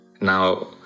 Now